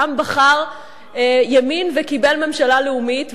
העם בחר ימין וקיבל ממשלה לאומית,